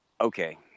Okay